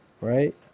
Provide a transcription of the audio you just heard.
right